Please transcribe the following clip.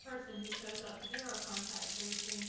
person who shows up to do our contact tracing.